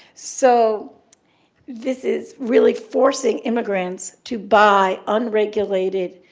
so this is really forcing immigrants to buy unregulated,